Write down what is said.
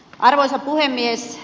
arvoisa puhemies